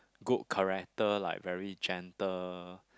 good character like very gentle